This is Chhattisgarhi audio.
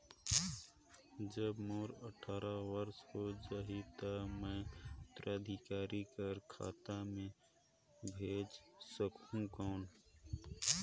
जब मोर अट्ठारह वर्ष हो जाहि ता मैं उत्तराधिकारी कर खाता मे भेज सकहुं कौन?